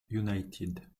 united